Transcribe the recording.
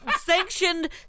sanctioned